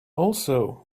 also